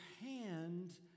hand